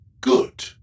Good